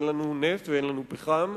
אין לנו נפט ואין לנו פחם.